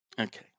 okay